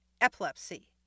epilepsy